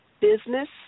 business